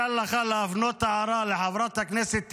קל לך להפנות הערה לחברת הכנסת אימאן,